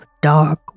dark